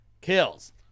kills